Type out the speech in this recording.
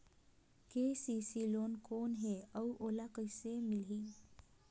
KCC loan कौन हे अउ मोला कइसे मिलही?